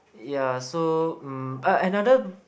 ya so um ah another